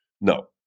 No